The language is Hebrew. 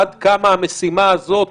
עד כמה המשימה הזאת חשובה,